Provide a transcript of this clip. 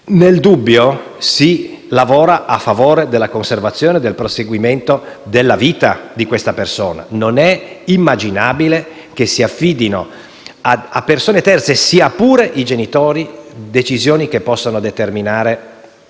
nel dubbio, si lavora a favore della conservazione e del proseguimento della vita di questa persona. Non è immaginabile che si affidino a persone terze, sia pure i genitori, decisioni che possono determinare